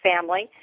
family